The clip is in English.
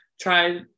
try